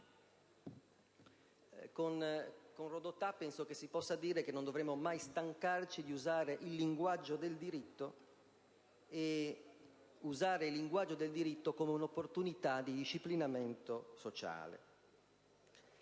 Con Rodotà, penso si possa dire che non dovremmo mai stancarci di usare il linguaggio del diritto, e di usarlo come una opportunità di disciplinamento sociale.